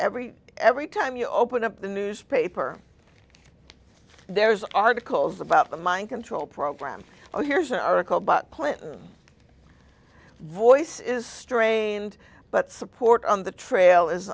every every time you open up the newspaper there's articles about the mind control program oh here's an article by clinton voice is strained but support on the trail is